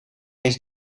eens